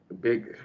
big